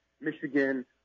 Michigan